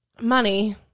Money